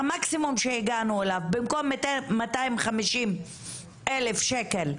במקום מאתיים חמישים אלף שקל,